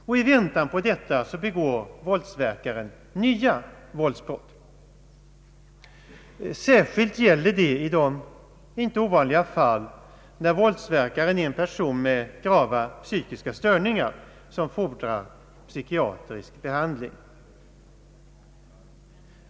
I väntan på detta begår våldsverkaren nya våldsbrott. Särskilt gäller detta i de inte ovanliga fall när våldsverkaren är en person med grava psykiska störningar, som fordrar psykiatrisk behandling.